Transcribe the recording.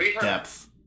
depth